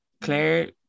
Claire